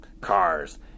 cars